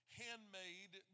handmade